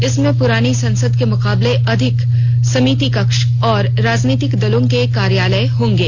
इसमें पुरानी संसद के मुकाबले अधिक समिति कक्ष और राजनीतिक दलों के कार्यालय होंगे